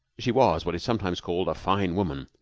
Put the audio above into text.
she was what is sometimes called a fine woman.